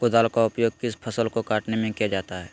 कुदाल का उपयोग किया फसल को कटने में किया जाता हैं?